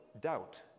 doubt